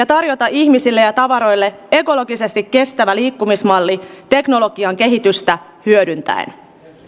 tarjota ihmisille ja tavaroille ekologisesti kestävä liikkumismalli teknologian kehitystä hyödyntäen